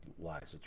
lies